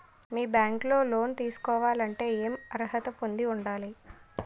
మీ bank లో loan తీసుకోవాలంటే ఎం అర్హత పొంది ఉండాలి?